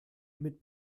mit